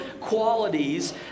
qualities